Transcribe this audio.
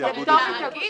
זה לא הסעיף שמעניין אותך.